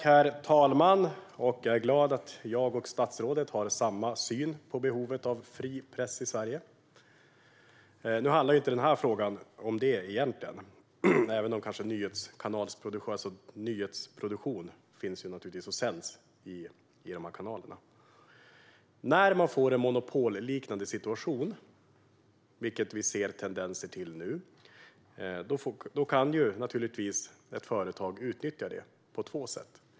Herr talman! Jag är glad att jag och statsrådet har samma syn på behovet av fri press i Sverige. Nu handlar denna fråga egentligen inte om detta, även om nyheter naturligtvis produceras och sänds i dessa kanaler. När man får en monopolliknande situation, vilket vi ser tendenser till nu, kan ett företag utnyttja detta på två sätt.